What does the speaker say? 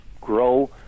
grow